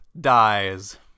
dies